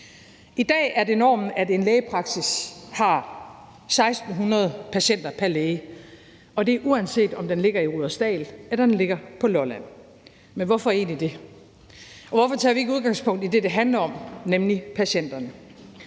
I dag er det normen, at en lægepraksis har 1.600 patienter pr. læge, og det er, uanset om den ligger i Rudersdal eller den ligger på Lolland. Men hvorfor egentlig det? Og hvorfor tager vi ikke udgangspunkt i det, det handler om, nemlig patienterne,